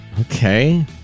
Okay